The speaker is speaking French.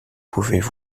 pouvaient